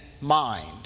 mind